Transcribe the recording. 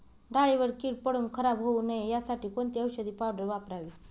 डाळीवर कीड पडून खराब होऊ नये यासाठी कोणती औषधी पावडर वापरावी?